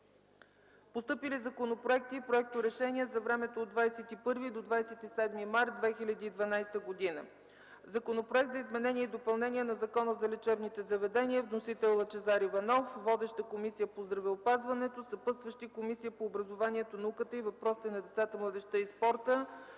Постъпили законопроекти и проекторешения за времето от 21 до 27 март 2012 г.: - Законопроект за изменение и допълнение на Закона за лечебните заведения. Вносител – народният представител Лъчезар Иванов. Водеща е Комисията по здравеопазването. Съпътстващи са Комисията по образованието, науката и въпросите на децата, младежта и спорта